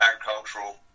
agricultural